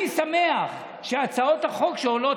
אני שמח שהצעות החוק עולות.